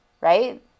right